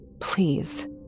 Please